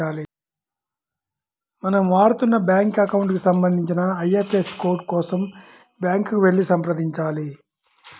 మనం వాడుతున్న bank account కి సంబంధించిన ఐ.ఎఫ్.ఎస్.సి కోడ్ కోసం బ్యాంకుకి వెళ్లి సంప్రదించాలి